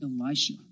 Elisha